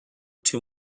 too